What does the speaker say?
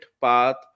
path